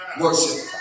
Worship